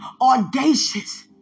audacious